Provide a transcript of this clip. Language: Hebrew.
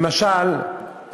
למשל,